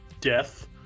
death